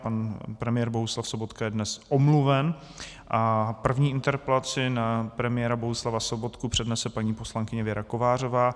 Pan premiér Bohuslav Sobotka je dnes omluven a první interpelaci na premiéra Bohuslava Sobotku přednese paní poslankyně Věra Kovářová.